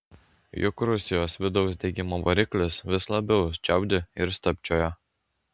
juk rusijos vidaus degimo variklis vis labiau čiaudi ir stabčioja